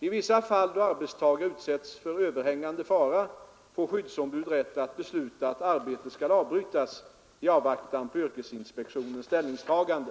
I vissa fall då arbetstagare utsätts för överhängande fara får skyddsombud rätt att besluta att arbetet skall avbrytas i avvaktan på yrkesinspektionens ställningstagande.